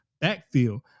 backfield